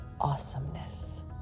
awesomeness